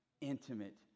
intimate